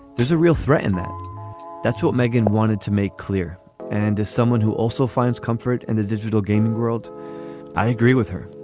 there's a real threat in that that's what megan wanted to make clear and as someone who also finds comfort in the digital gaming world i agree with her